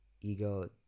ego